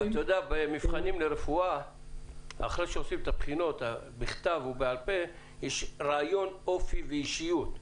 --- במבחני רפואה יש שלב של ראיון אופי ואישיות.